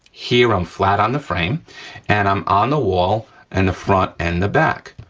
here i'm flat on the frame and i'm on the wall and the front and the back.